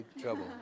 trouble